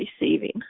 receiving